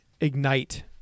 Ignite